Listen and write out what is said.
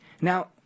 Now